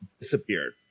disappeared